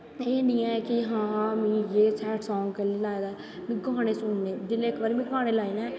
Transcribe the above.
एह् नी ऐ कि में सैड सांग कैल्ली ला दा में गानें सुननें में इक बार जिसलै गानें लाए नै